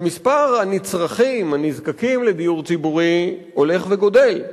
שמספר הנצרכים הנזקקים לדיור ציבורי הולך וגדל,